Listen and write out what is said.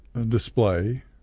display